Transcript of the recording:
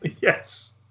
Yes